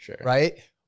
right